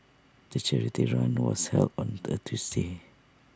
the charity run was held on the A Tuesday